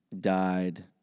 Died